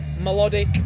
melodic